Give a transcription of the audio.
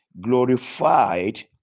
Glorified